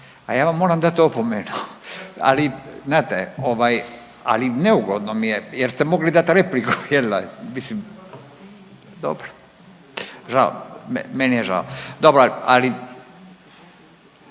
A ja vam moram dati opomenu, ali neugodno mi je jer ste mogli dat repliku. Mislim dobro, meni je žao. Dobro, ali